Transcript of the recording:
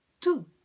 Two